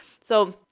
so-